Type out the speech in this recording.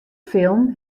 film